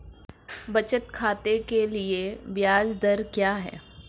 बचत खाते के लिए ब्याज दर क्या है?